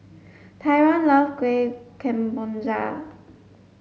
Tyron love Kuih Kemboja